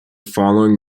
following